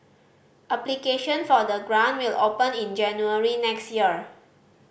application for the grant will open in January next year